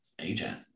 agent